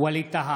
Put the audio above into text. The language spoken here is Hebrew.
(קורא בשמות חברי הכנסת)